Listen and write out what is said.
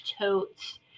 totes